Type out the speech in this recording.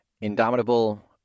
Indomitable